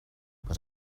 but